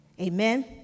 Amen